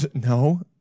no